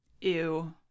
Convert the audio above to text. Ew